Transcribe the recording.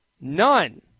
none